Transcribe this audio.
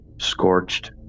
scorched